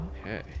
Okay